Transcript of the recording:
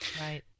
Right